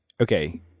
okay